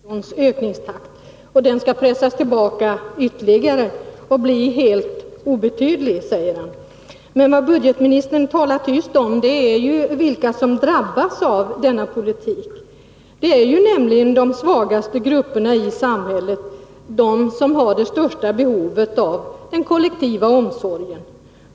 Herr talman! Budgetministern berömde sig av att ha pressat tillbaka den offentliga sektorns ökningstakt. Den skall pressas tillbaka ytterligare och bli helt obetydlig, säger han. Men budgetministern talar tyst om vilka som drabbas av denna politik. Det är nämligen de svagaste grupperna i samhället, de som har det största behovet av den kollektiva omsorgen.